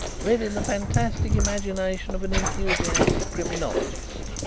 bred in the fantastic imagination of an enthusiastic criminologist.